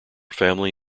family